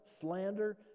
slander